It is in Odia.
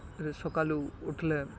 ରେ ସକାଲୁ ଉଠ୍ଲେ